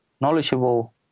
knowledgeable